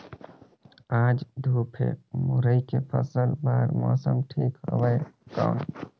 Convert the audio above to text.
आज धूप हे मुरई के फसल बार मौसम ठीक हवय कौन?